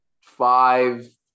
five